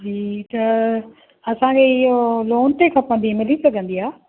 जी त असांखे इहो लोन ते खपंदी मिली सघंदी आहे